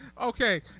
Okay